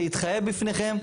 להתחייב בפניכם.